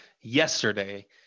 yesterday